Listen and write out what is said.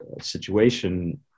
situation